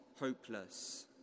hopeless